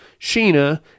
Sheena